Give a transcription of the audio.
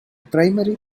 primary